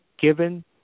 given